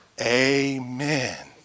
Amen